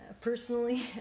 personally